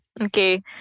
Okay